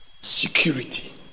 Security